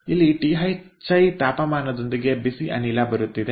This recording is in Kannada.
ಇಲ್ಲಿ ಟಿಹೆಚ್1 ತಾಪಮಾನದೊಂದಿಗೆ ಬಿಸಿ ಅನಿಲ ಬರುತ್ತಿದೆ